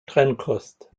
trennkost